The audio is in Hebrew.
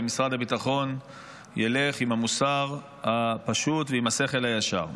ומשרד הביטחון ילך עם המוסר הפשוט ועם השכל הישר.